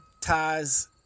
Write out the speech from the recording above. ties